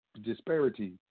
disparity